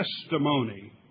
testimony